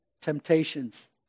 temptations